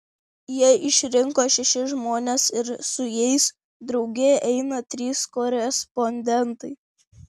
jie išrinko šešis žmones ir su jais drauge eina trys korespondentai